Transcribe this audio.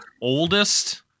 oldest